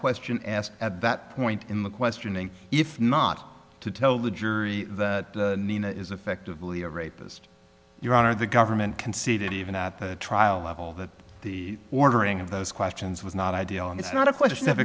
question asked at that point in the questioning if not to tell the jury that nina is effectively a rapist your honor the government conceded even at the trial level that the ordering of those questions was not ideal and it's not a question of